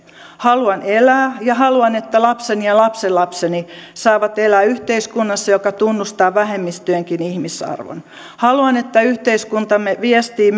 haluan elää ja haluan että lapseni ja lapsenlapseni saavat elää yhteiskunnassa joka tunnustaa vähemmistöjenkin ihmisarvon haluan että yhteiskuntamme viestii